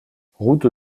route